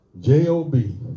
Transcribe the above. J-O-B